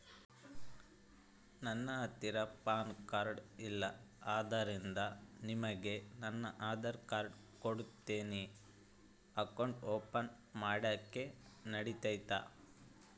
ನನ್ನ ಹತ್ತಿರ PAN card ಇಲ್ಲ ಆದ್ದರಿಂದ ನಿಮಗೆ ನನ್ನ ಆಧಾರ್ ಕಾರ್ಡ್ ಕೊಡ್ತೇನಿ ಅಕೌಂಟ್ ಓಪನ್ ಮಾಡ್ಲಿಕ್ಕೆ ನಡಿತದಾ?